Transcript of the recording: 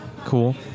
cool